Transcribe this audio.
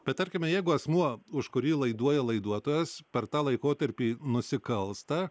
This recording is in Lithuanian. bet tarkime jeigu asmuo už kurį laiduoja laiduotojas per tą laikotarpį nusikalsta